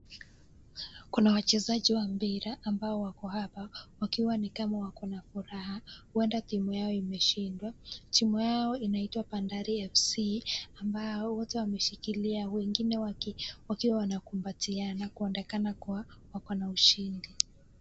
Kuna wachezaji wa mpira ambao wako hapa wakiwa ni kama wako na furaha, huenda timu yao imeshinda. Timu yao inaitwa Bandari FC ambao wote wameshikilia wengine wakiwa wanakumbatiana kuonekana kuwa wako na ushindi.